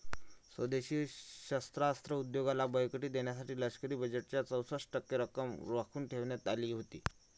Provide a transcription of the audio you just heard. स्वदेशी शस्त्रास्त्र उद्योगाला बळकटी देण्यासाठी लष्करी बजेटच्या चौसष्ट टक्के रक्कम राखून ठेवण्यात आली होती